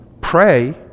pray